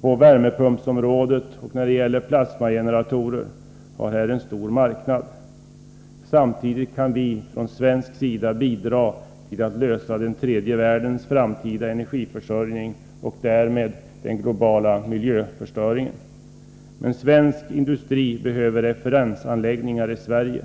på värmepumpsområdet och när det gäller plasmageneratorer har här en stor marknad. Samtidigt kan vi från svensk sida bidra till att lösa tredje världens framtida energiförsörjning och därmed problemet med den globala miljöförstöringen. Men svensk industri behöver referensanläggningar i Sverige.